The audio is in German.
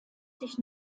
sich